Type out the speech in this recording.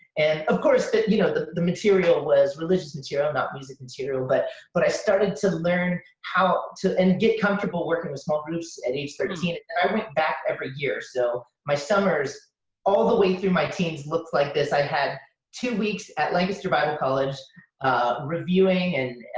and of course, the you know the material was religious material, not music material, but but i started to learn how to and get comfortable working with small groups at age thirteen. and i went back every year. so my summers all the way through my teens looked like this. i had two weeks at lancaster bible college reviewing